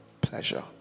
pleasure